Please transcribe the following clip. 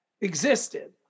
existed